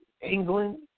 England